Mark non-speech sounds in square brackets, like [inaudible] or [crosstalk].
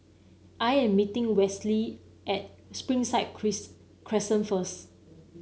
I am meeting Westley at Springside [unintelligible] Crescent first